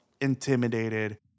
intimidated